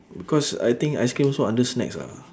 cause I think ice cream also under snacks ah